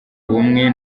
bumwe